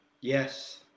Yes